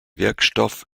wirkstoff